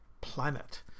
planet